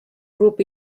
grup